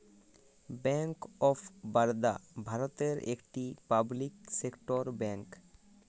bank of Baroda ভারতের একটি public sector bank